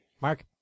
Mark